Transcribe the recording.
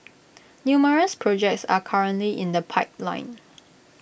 numerous projects are currently in the pipeline